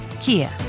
Kia